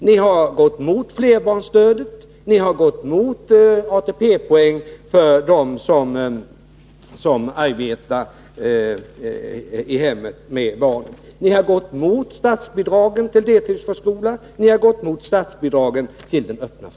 Ni har gått emot flerbarnsstödet och ATP-poäng för dem som arbetar i hemmet med barn. Ni har gått emot statsbidragen till deltidsförskolan och till den öppna förskolan.